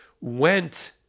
went